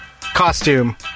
costume